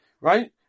right